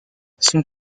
son